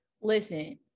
Listen